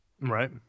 Right